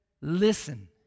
Listen